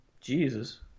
Jesus